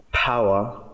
power